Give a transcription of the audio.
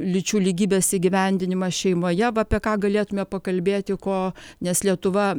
lyčių lygybės įgyvendinimas šeimoje va apie ką galėtume pakalbėti ko nes lietuva